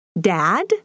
Dad